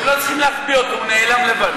הם לא צריכים להחביא אותו, הוא נעלם לבד.